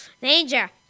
Danger